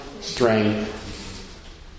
strength